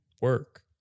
work